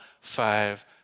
five